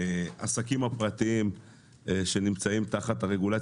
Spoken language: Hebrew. אה, לא עושים?